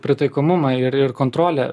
pritaikomumą ir ir kontrolę